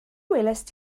welaist